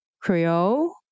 Creole